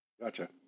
Gotcha